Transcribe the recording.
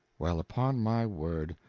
well, upon my word!